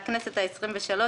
והכנסת העשרים ושלוש,